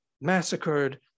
massacred